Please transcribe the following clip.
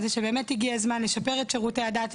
שבאמת הגיע הזמן לשפר את שירותי הדת,